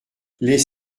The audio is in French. les